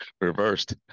Reversed